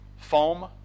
foam